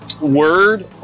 word